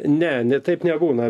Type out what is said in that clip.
ne ne taip nebūna